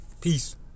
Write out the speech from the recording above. Peace